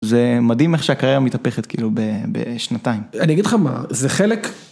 זה מדהים איך שהקריירה מתהפכת כאילו בשנתיים. אני אגיד לך מה, זה חלק...